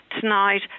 tonight